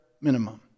minimum